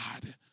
God